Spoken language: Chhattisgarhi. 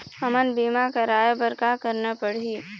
हमन बीमा कराये बर का करना पड़ही?